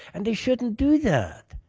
and they shouldn't do that.